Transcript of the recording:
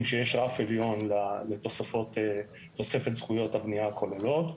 שיש רף עליון לתוספת זכויות הבנייה הכוללות.